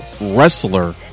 wrestler